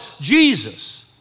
Jesus